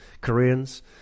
Koreans